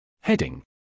Heading